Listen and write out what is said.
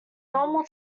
normal